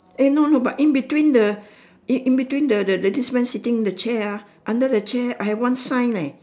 eh no no but in between the in between the the this man sitting the chair ah under the chair I have one sign leh